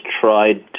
tried